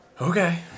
Okay